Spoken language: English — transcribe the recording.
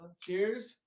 Cheers